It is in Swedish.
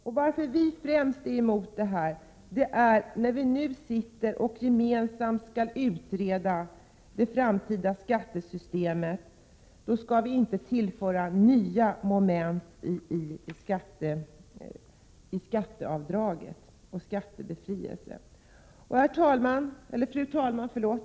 Att vi är emot dessa förslag beror på, att när vi nu sitter och gemensamt skall utreda det framtida skattesystemet, skall vi inte tillföra nya moment av skatteavdrag och skattebefrielse. Fru talman!